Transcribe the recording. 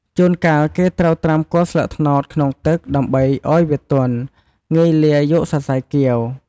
ជួនកាលគេត្រូវត្រាំគល់ស្លឹកត្នោតក្នុងទឹកដើម្បីឲ្យវាទន់ងាយលាយកសរសៃគាវ។